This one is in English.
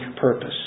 purpose